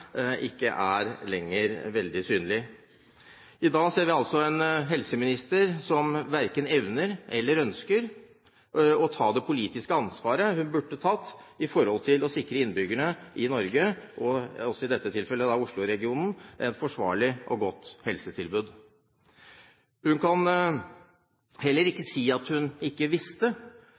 er ikke lenger veldig synlig. I dag ser vi en helseminister som verken evner eller ønsker å ta det politiske ansvaret hun burde tatt for å sikre innbyggerne i Norge, i dette tilfellet i Oslo-regionen, et forsvarlig og godt helsetilbud. Hun kan heller ikke si at hun ikke visste.